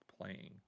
playing